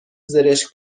زرشک